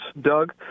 Doug